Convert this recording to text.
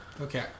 Okay